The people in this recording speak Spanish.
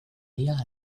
día